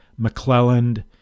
McClelland